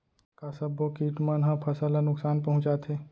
का सब्बो किट मन ह फसल ला नुकसान पहुंचाथे?